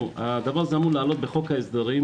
הדבר הזה היה אמור לעלות בחוק ההסדרים,